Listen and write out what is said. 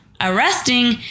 arresting